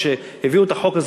כשהביאו את החוק,